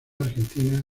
argentina